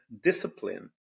discipline